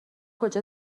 کجا